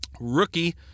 Rookie